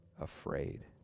afraid